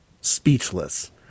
speechless